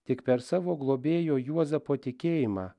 tik per savo globėjo juozapo tikėjimą